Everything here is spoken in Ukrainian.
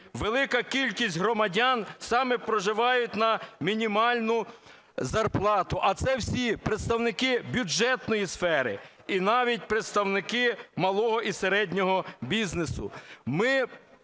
велика кількість громадян саме проживають на мінімальну зарплату, а це всі представники бюджетної сфери і навіть представники малого і середнього бізнесу.